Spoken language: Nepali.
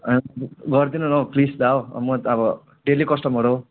गरिदिनु न हो प्लिज दा हो अब म त अब डेली कस्टमर हो